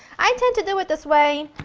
i tend to do it this way,